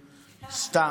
סתם,